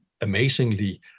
amazingly